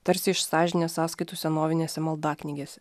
tarsi iš sąžinės sąskaitų senovinėse maldaknygėse